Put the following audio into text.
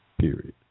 period